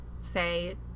say